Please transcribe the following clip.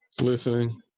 Listening